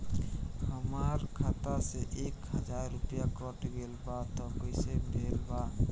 हमार खाता से एक हजार रुपया कट गेल बा त कइसे भेल बा?